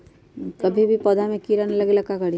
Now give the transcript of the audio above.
कभी भी पौधा में कीरा न लगे ये ला का करी?